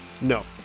No